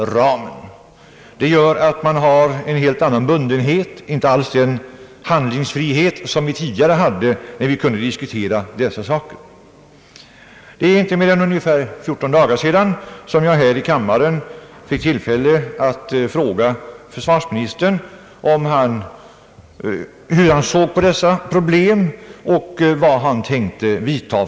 Detta gör att man har en helt annan bundenhet och inte alls den handlingsfrihet som vi hade tidigare, när vi kunde diskutera dessa saker. För ungefär fjorton dagar sedan fick jag tillfälle att här i kammaren fråga försvarsministern hur han såg på detta problem och vilka åtgärder han tänkte vidta.